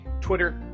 Twitter